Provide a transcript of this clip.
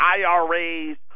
IRAs